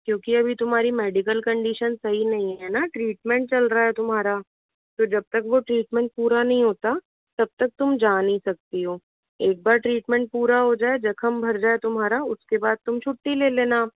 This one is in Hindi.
क्योंकि अभी तुम्हारी मेडिकल कन्डिशन सही नहीं है न ट्रीटमेंट चल रहा है तुम्हारा तो जब तक वह ट्रीटमेंट पूरा नहीं होता तब तक तुम जा नहीं सकती हो एक बार ट्रीटमेंट पूरा हो जाए ज़ख्म भर जाए तुम्हारा उसके बाद तुम छुट्टी ले लेना